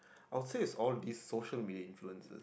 I would say it's all these social influencers